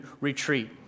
retreat